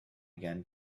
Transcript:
again